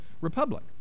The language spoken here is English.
republic